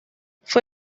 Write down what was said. fue